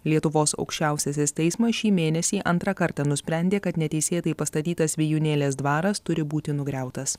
lietuvos aukščiausiasis teismas šį mėnesį antrą kartą nusprendė kad neteisėtai pastatytas vijūnėlės dvaras turi būti nugriautas